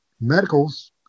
Medicals